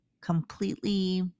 completely